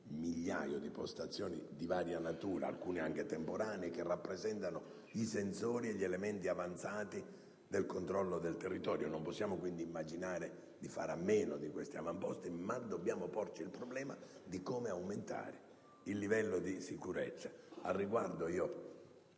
migliaia di postazioni di varia natura (alcune anche temporanee) che rappresentano i sensori e gli elementi avanzati del controllo del territorio. Non possiamo, quindi, immaginare di fare a meno di questi avamposti, ma dobbiamo porci il problema di come aumentare il livello di sicurezza.